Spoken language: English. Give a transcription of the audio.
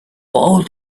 old